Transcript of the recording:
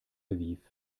aviv